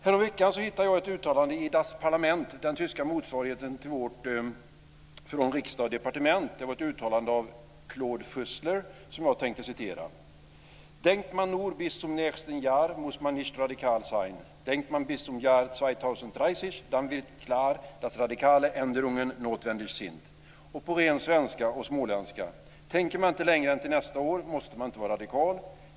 Häromveckan hittade jag i Das Parlament, den tyska motsvarigheten till vår Från Riksdag & Departement, ett uttalande av Claude Fussler som jag tänkte citera: På ren svenska och småländska: "Tänker man inte längre än till nästa år, måste man inte vara radikal.